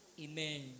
Amen